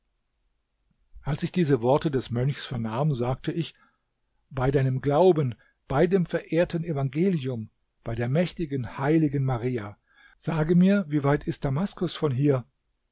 als ich diese worte des mönchs vernahm sagte ich bei deinem glauben bei dem verehrten evangelium bei der mächtigen heiligen maria sage mir wie weit ist damaskus von hier